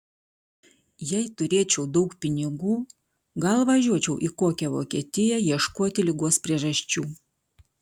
jei turėčiau daug pinigų gal važiuočiau į kokią vokietiją ieškoti ligos priežasčių